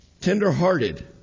tenderhearted